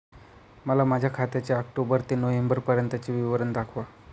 मला माझ्या खात्याचे ऑक्टोबर ते नोव्हेंबर पर्यंतचे विवरण दाखवा